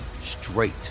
straight